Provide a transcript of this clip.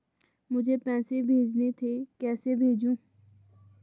मुझे पैसे भेजने थे कैसे भेजूँ?